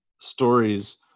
stories